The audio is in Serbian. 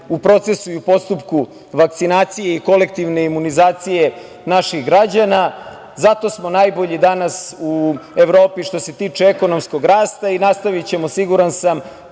u procesu i u postupku vakcinacije i kolektivne imunizacije naših građana, zato smo najbolji danas u Evropi što se tiče ekonomskog rasta i nastavićemo, siguran sam,